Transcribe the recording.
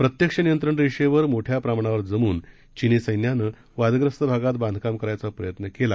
प्रत्यक्ष नियंत्रण रेषेवर मोठ्या प्रमाणावर जमून चिनी सैन्यानं वादग्रस्त भागात बांधकाम करायचा प्रयत्न केला